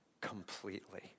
completely